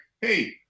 hey